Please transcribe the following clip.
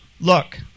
look